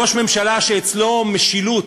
ראש ממשלה, שאצלו משילות